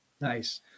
Nice